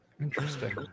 Interesting